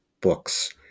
books